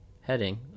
heading